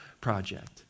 project